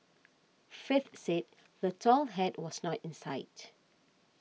faith said the tall hat was not in sight